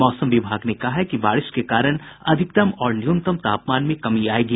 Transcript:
मौसम विभाग ने कहा है कि बारिश के कारण अधिकतम और न्यूनतम तापमान में कमी आयेगी